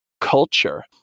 culture